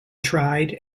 tried